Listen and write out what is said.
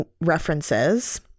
references